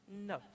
No